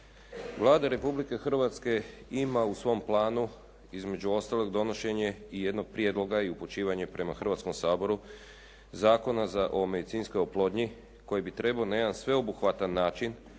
Vlada Republike Hrvatske ima u svom planu između ostalog donošenje i jednog prijedloga i upućivanje prema Hrvatskom saboru Zakona za, o medicinskoj oplodnji koji bi trebao na jedan sveobuhvatan način